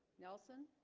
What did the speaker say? nelson